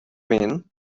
mean